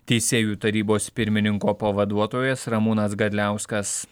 teisėjų tarybos pirmininko pavaduotojas ramūnas gadliauskas